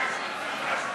פורטוגל?